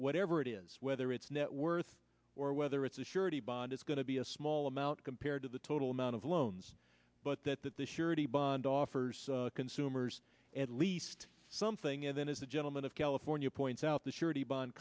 whatever it is whether it's net worth or whether it's a surety bond it's going to be a small amount compared to the total amount of loans but that that the surety bond offers consumers at least something and then as the gentleman of california points out the surety bond